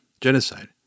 genocide